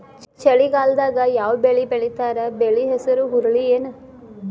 ಚಳಿಗಾಲದಾಗ್ ಯಾವ್ ಬೆಳಿ ಬೆಳಿತಾರ, ಬೆಳಿ ಹೆಸರು ಹುರುಳಿ ಏನ್?